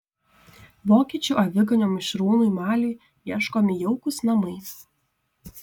vokiečių aviganio mišrūnui maliui ieškomi jaukūs namai